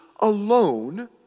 alone